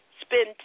spend